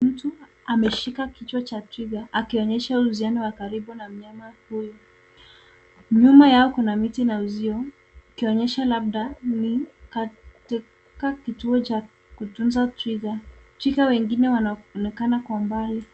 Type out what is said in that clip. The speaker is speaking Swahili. Mtu ameshika kichwa cha twiga akionyesha uhusiano wa karibu na mnyama huyo . Nyuma yao kuna miti na uzio ikionyesha labda ni katika kituo cha kutunza twiga. Twiga wengine wanaonekana kwa mbali .